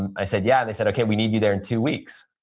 i said, yeah. they said, okay, we need you there in two weeks.